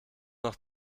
noch